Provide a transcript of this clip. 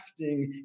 crafting